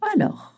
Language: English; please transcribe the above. Alors